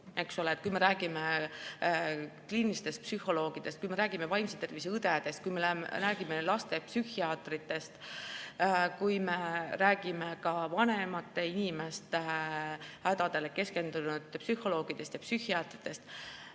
kui me räägime kliinilistest psühholoogidest, kui me räägime vaimse tervise õdedest, kui me räägime lastepsühhiaatritest, kui me räägime ka vanemate inimeste hädadele keskendunud psühholoogidest ja psühhiaatritest.